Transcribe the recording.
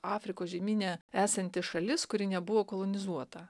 afrikos žemyne esanti šalis kuri nebuvo kolonizuota